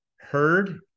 heard